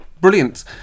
brilliant